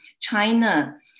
China